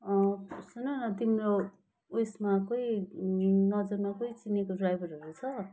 सुनन तिम्रो उइसमा कोही नजरमा कोही चिनेको ड्राइभरहरू छ